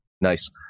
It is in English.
Nice